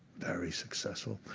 very successful.